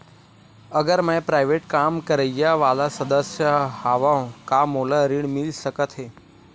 अगर मैं प्राइवेट काम करइया वाला सदस्य हावव का मोला ऋण मिल सकथे?